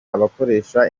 abakoresha